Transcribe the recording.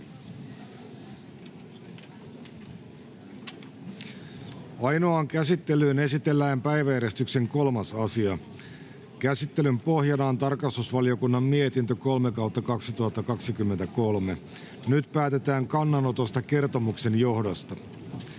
Ainoaan käsittelyyn esitellään päiväjärjestyksen 3. asia. Käsittelyn pohjana on tarkastusvaliokunnan mietintö TrVM 3/2023 vp. Nyt päätetään kannanotosta kertomuksen johdosta.